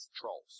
trolls